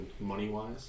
money-wise